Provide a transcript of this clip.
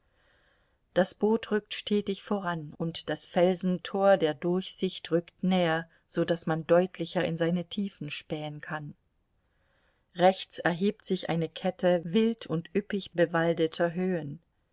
das boot rückt stetig voran und das felsentor der durchsicht rückt näher so daß man deutlicher in seine tiefen spähen kann rechts erhebt sich eine kette wild und üppig bewaldeter höhen